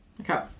Okay